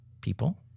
people